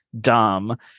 dumb